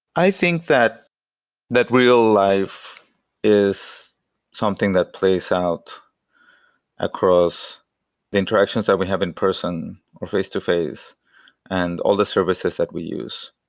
i think that that real life is something that plays out across the interactions that we have in-person or face-to-face and all the services that we use.